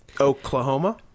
Oklahoma